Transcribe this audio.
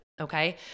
Okay